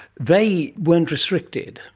they weren't restricted.